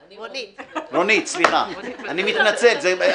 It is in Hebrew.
רונית, סליחה, אני מתנצל.